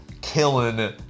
killing